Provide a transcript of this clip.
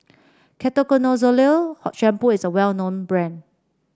Ketoconazole Shampoo is a well known brand